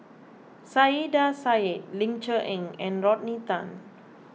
Saiedah Said Ling Cher Eng and Rodney Tan